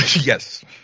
yes